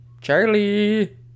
Charlie